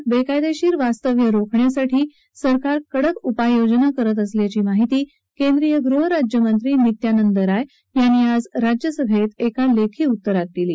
देशात बेकायदेशीर वास्तव्य रोखण्यासाठी सरकार कडक उपाययोजना करत असल्याची माहिती केंद्रीय गृहराज्यमंत्री नित्यांनद राय यांनी आज राज्यसभेत एका लेखी उत्तरात दिली